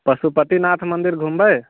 पशुपतिनाथ मन्दिर घुमबै